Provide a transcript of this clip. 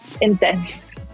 intense